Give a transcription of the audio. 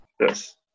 Yes